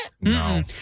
No